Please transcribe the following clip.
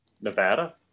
Nevada